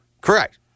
Correct